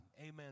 Amen